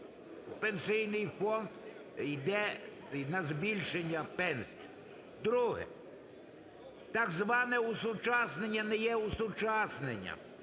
Пенсійний фонд, йде на збільшення пенсій. Друге. Так зване осучаснення не є осучасненням.